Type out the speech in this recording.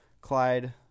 Clyde